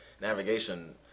navigation